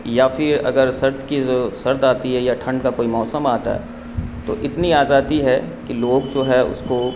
یا پھر اگر سرد کی سرد آتی ہے یا ٹھنڈ کا کوئی موسم آتا ہے تو اتنی آزادی ہے کہ لوگ جو ہے اس کو